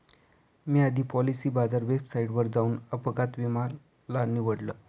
मी आधी Policybazaar वेबसाईटवर जाऊन अपघात विमा ला निवडलं